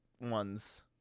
ones